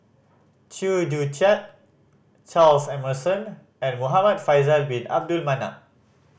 Chew Joo Chiat Charles Emmerson and Muhamad Faisal Bin Abdul Manap